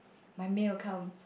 my meal come